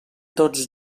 tots